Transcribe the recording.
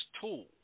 tool